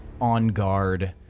on-guard